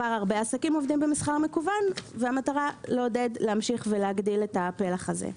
הרבה עסקים עובדים כך והמטרה להגדיל את הפלח הזה.